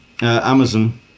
Amazon